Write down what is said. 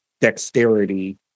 dexterity